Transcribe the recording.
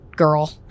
girl